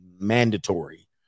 mandatory